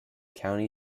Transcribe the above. county